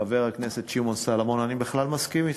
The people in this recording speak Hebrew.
חבר הכנסת שמעון סולומון, אני בכלל מסכים אתכם.